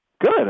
good